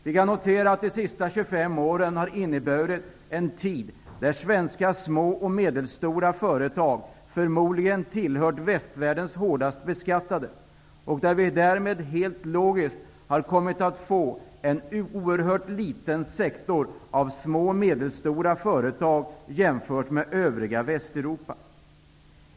Vi kan notera att de senaste 25 åren har inneburit en tid då svenska små och medelstora företag förmodligen tillhört västvärldens hårdast beskattade och då vi därmed helt logiskt har kommit att få en oerhört liten sektor av små och medelstora företag jämfört med övriga Västeuropa.